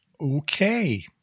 Okay